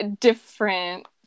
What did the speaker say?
different